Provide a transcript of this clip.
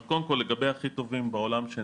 אז קודם כל לגבי הכי טובים בעולם,